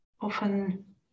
often